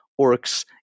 orcs